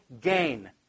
gain